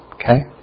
Okay